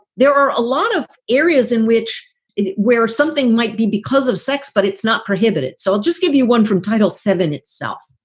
there are a lot of areas in which where something might be because of sex, but it's not prohibited. so i'll just give you one from title seven itself,